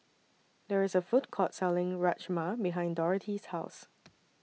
There IS A Food Court Selling Rajma behind Dorothy's House